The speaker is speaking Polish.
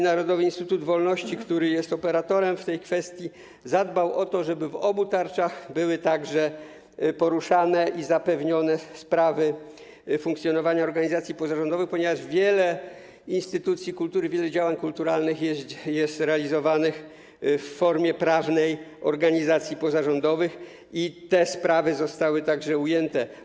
Narodowy Instytut Wolności, który jest operatorem w tej kwestii, zadbał o to, żeby w obu tarczach były także poruszane i zapewnione sprawy funkcjonowania organizacji pozarządowych, ponieważ wiele działań kulturalnych jest realizowanych w formie prawnej organizacji pozarządowych i te sprawy zostały także ujęte.